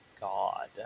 God